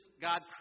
God